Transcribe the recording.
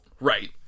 Right